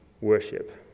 worship